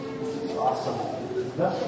awesome